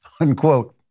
unquote